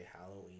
Halloween